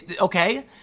Okay